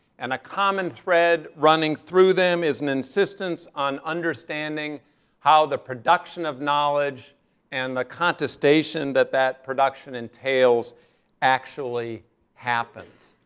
and a common thread running through them is an insistence on understanding how the production of knowledge and the contestation that that production entails actually happens.